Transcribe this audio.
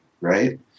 right